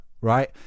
right